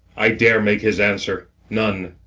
i dare make his answer none.